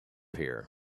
here